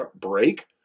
break